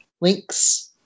links